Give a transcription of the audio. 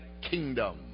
kingdom